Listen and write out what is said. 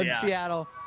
Seattle